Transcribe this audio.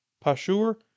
Pashur